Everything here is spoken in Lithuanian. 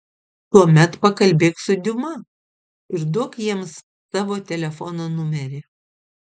tuomet pakalbėk su diuma ir duok jiems savo telefono numerį